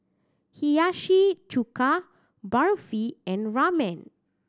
Hiyashi Chuka Barfi and Ramen